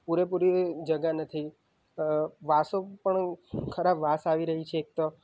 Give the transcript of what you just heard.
પૂરેપૂરી જગ્યા નથી વાસો પણ ખરાબ વાસ આવી રહી છે એક તો